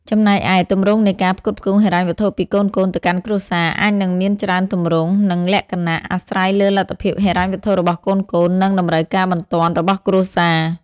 ចំណែកឯ ទម្រង់នៃការផ្គត់ផ្គង់ហិរញ្ញវត្ថុពីកូនៗទៅកាន់គ្រួសារ អាចនឹងមានច្រើនទម្រង់ និងលក្ខណៈ អាស្រ័យលើលទ្ធភាពហិរញ្ញវត្ថុរបស់កូនៗ និងតម្រូវការបន្ទាន់របស់គ្រួសារ។